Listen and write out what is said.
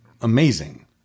amazing